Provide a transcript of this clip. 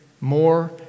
more